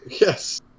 Yes